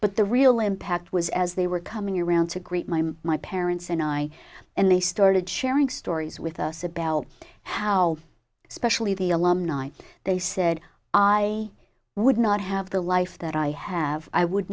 but the real impact was as they were coming around to greet my mom my parents and i and they started sharing stories with us about how especially the alumni they said i would not have the life that i have i would